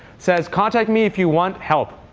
says contact me if you want help.